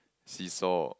seesaw